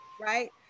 right